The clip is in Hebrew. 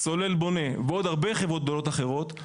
סולל בונה ועוד הרבה חברות גדולות אחרות,